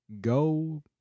go